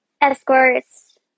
escorts